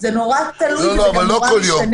זה תלוי וזה משתנה.